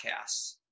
podcasts